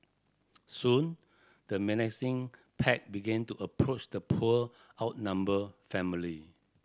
soon the menacing pack begin to approach the poor outnumber family